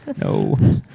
No